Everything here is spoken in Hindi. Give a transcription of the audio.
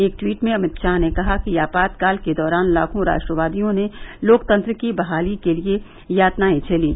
एक ट्वीट में अमित शाह ने कहा कि आपातकाल के दौरान लाखों राष्ट्रवादियों ने लोकतंत्र की बहाली के लिए यातनाएं झेलीं